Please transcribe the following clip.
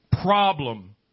problem